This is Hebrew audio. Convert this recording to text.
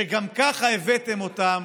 שגם ככה הבאתם אותם